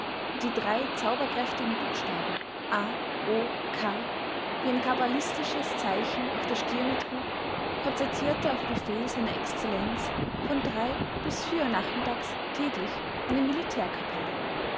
und die drei zauberkräftigen buchstaben a o k wie ein kabalistisches zeichen auf der stirne trug konzertierte auf befehl seiner excellenz von drei bis vier uhr nachmittags täglich eine